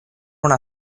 una